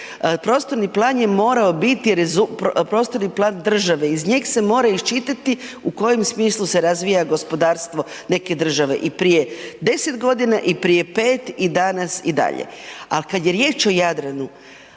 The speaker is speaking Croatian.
prostorni plan je morao biti prostorni plan države, iz njeg se mora isčitati u kojem smislu se razvija gospodarstvo neke države i prije 10.g. i prije 5 i danas i dalje. A kad je riječ o Jadranu,